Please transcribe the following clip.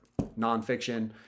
nonfiction